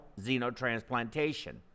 xenotransplantation